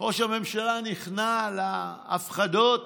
שראש הממשלה נכנע להפחדות